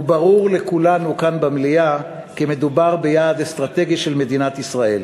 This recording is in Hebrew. וברור לכולנו כאן במליאה כי מדובר ביעד אסטרטגי של מדינת ישראל.